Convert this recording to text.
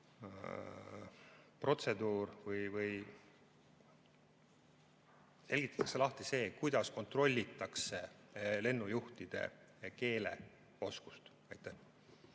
protseduur või selgitatakse lahti see, kuidas kontrollitakse lennujuhtide keeleoskust. Aitäh!